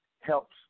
helps